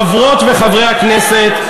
חברות וחברי הכנסת,